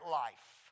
life